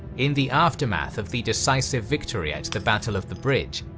in the aftermath of the decisive victory at the battle of the bridge,